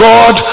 God